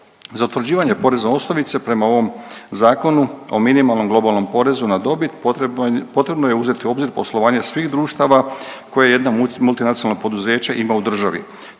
Za utvrđivanje porezne osnovice prema ovog Zakonu o minimalnom globalnom porezu na dobit potrebno je uzeti u obzir poslovanje svih društava koje jedna multinacionalno poduzeće ima u državi.